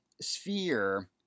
sphere